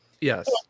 Yes